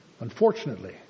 Unfortunately